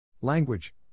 Language